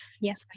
Yes